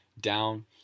down